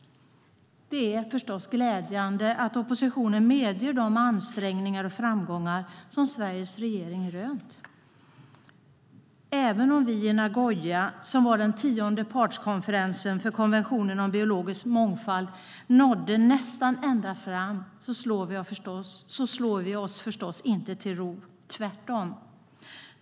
Det är förstås glädjande att oppositionen medger de ansträngningar och framgångar som Sveriges regering rönt. Även om vi i Nagoya, som var den tionde partskonferensen för konventionen om biologisk mångfald, nådde nästan ända fram slår vi oss förstås inte till ro - tvärtom.